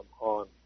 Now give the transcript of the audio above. on